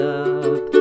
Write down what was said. up